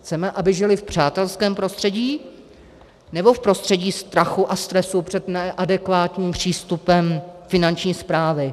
Chceme, aby žili v přátelském prostředí, nebo v prostředí strachu a stresu před neadekvátním přístupem Finanční správy?